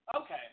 Okay